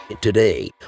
Today